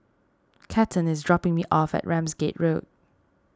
Cathern is dropping me off at Ramsgate Road